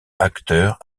acteurs